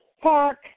Park